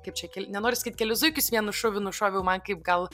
kaip čia kel nenoriu sakyt kelis zuikius vienu šūviu nušoviau man kaip gal